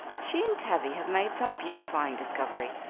she and tavie have made some beautifying discovery,